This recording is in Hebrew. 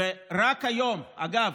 אגב,